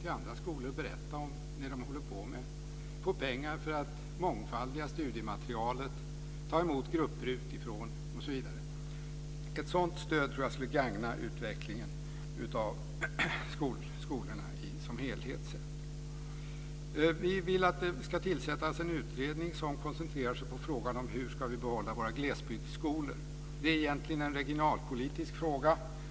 till andra skolor och berätta om vad de håller på med, få pengar för att mångfaldiga studiematerialet, ta emot grupper utifrån osv. Jag tror att ett sådant stöd skulle gagna utvecklingen av skolorna som helhet. Vi vill att det ska tillsättas en utredning som koncentrerar sig på frågan hur vi ska behålla våra glesbygdsskolor. Det är egentligen en regionalpolitisk fråga.